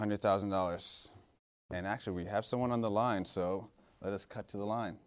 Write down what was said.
hundred thousand dollars and actually we have someone on the line so let's cut to the line